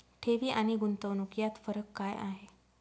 ठेवी आणि गुंतवणूक यात फरक काय आहे?